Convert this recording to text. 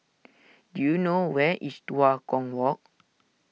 do you know where is Tua Kong Walk